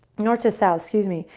north to south, excuse me,